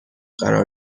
قرار